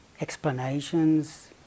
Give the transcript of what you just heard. explanations